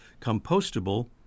compostable